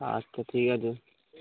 আচ্ছা ঠিক আছে